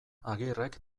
agirrek